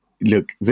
look